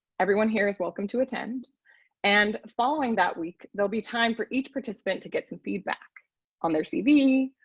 everyone here is welcome to attend and following that week, there'll be time for each participant to get some feedback on their cv,